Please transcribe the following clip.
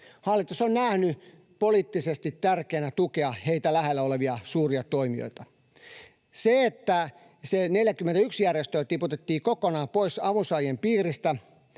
Hallitus on nähnyt poliittisesti tärkeänä tukea heitä lähellä olevia suuria toimijoita. Se, että se 41 järjestöä tiputettiin kokonaan pois avunsaajien piiristä,